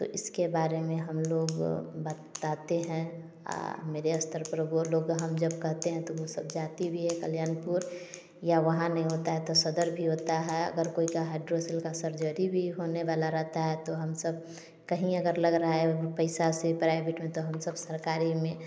तो इसके बारे में हम लोग बताते हैं और मेरे स्तर पर वो लोग हम जब कहते हैं तो वो सब जाती भी है कल्याणपुर या वहाँ नै होता है तो सदर भी होता है अगर कोई का हायड्रोसिल का सर्जरी भी होने वाला रहता है तो हम सब कहीं अगर लग रहा है पैसा से प्राइवेट में तो हम सब सरकारी में